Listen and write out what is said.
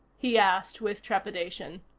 he asked with trepidation.